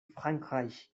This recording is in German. frankreich